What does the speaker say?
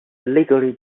legally